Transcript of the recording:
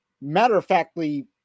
matter-of-factly